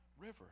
River